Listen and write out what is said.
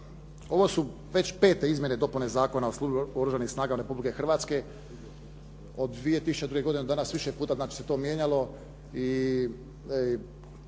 ovo su već pete izmjene i dopune Zakona o službama Oružanih snaga Republike Hrvatske. Od 2002. godine do danas, znači više puta se to mijenjano